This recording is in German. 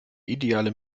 ideale